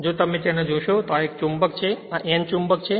જો તમે આને જોશો તો આ ચુંબક છે આ N ચુંબક છે